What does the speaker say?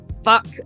Fuck